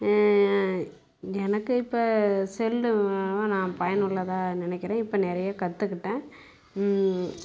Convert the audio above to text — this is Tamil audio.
எனக்கு இப்போ செல்லு மூலமாக நான் பயனுள்ளதாக நினைக்கிறேன் இப்போ நிறைய கற்றுக்கிட்டேன்